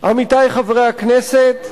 עמיתי חברי הכנסת,